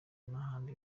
abahanzi